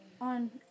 on